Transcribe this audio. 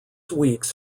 weeks